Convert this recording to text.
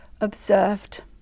observed